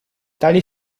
tali